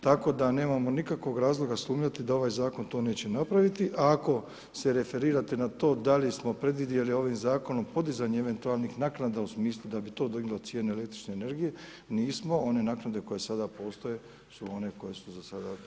Tako da nemamo nikakvog razloga sumnjati da ovaj zakon to neće napraviti, ako se referirate na to da li smo predvidjeli ovim zakonom podizanje eventualnih naknada u smislu da bi to diglo cijene električne energije, nismo, one naknade koje sada postoje su one koje su za sada dostatne.